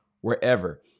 wherever